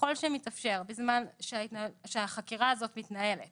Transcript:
ככל שמתאפשר, בזמן שהחקירה הזו מתנהלת